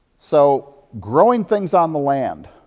so growing things on the land,